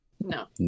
no